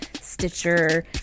stitcher